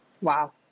Wow